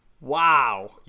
Wow